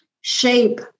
shape